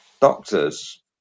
doctors